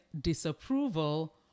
disapproval